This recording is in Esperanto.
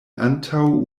antaŭ